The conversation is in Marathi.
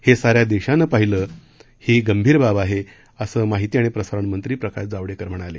हे साऱ्या देशानं पाहिलं असेली ही गंभीर बाब आहे असं माहिती आणि प्रसारण मंत्री प्रकाश जावडेकर म्हणाले